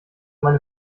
meine